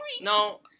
No